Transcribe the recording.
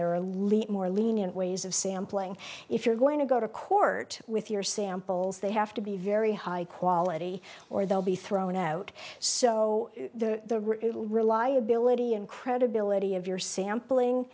there are a little more lenient ways of sampling if you're going to go to court with your samples they have to be very high quality or they'll be thrown out so the reliability and credibility of your sampling